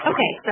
Okay